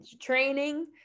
training